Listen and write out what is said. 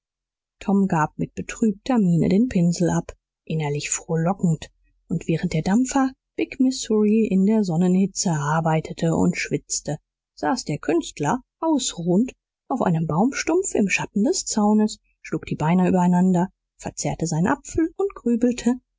tom gab mit betrübter miene den pinsel ab innerlich frohlockend und während der dampfer big missouri in der sonnenhitze arbeitete und schwitzte saß der künstler ausruhend auf einem baumstumpf im schatten des zaunes schlug die beine übereinander verzehrte seinen apfel und grübelte